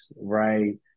right